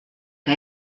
que